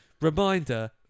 Reminder